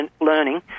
learning